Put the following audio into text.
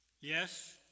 Yes